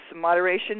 moderation